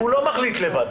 הוא לא מחליט לבד.